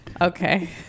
okay